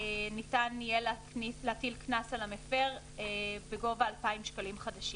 ניתן יהיה להטיל קנס על המפר בגובה 2,000 שקלים חדשים.